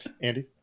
Andy